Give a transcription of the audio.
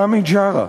ראמי ג'רה,